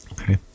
Okay